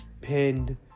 pinned